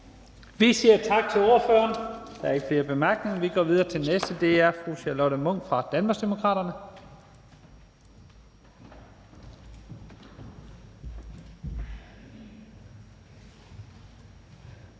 Vi siger tak til ordføreren. Der er ikke flere bemærkninger. Vi går videre til den næste ordfører, og det er fru Charlotte Munch fra Danmarksdemokraterne.